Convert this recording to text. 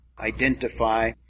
identify